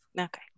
Okay